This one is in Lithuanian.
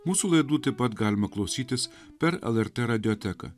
mūsų laidų taip pat galima klausytis per lrt radioteką